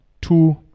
two